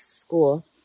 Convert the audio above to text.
school